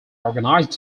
organized